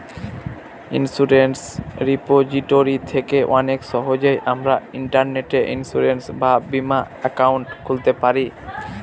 insurance repository থেকে অনেক সহজেই আমরা ইন্টারনেটে ইন্সুরেন্স বা বীমা একাউন্ট খুলতে পারি